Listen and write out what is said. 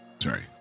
sorry